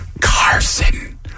Carson